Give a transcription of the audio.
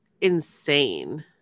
insane